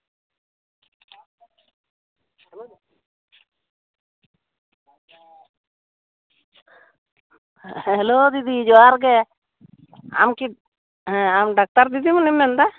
hello ᱫᱤᱫᱤ ᱡᱚᱦᱟᱨ ᱜᱮ ᱟᱢᱠᱤ ᱦᱮᱸ ᱟᱢ ᱰᱟᱠᱛᱟᱨ ᱫᱤᱫᱤᱢᱩᱱᱤᱢ ᱢᱮᱱᱫᱟ